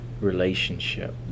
relationship